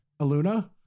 aluna